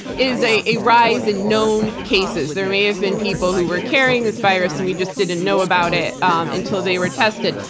is a a rise in known cases. there may have been people who were carrying this virus and we just didn't know about it until they were tested.